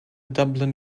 dublin